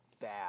bad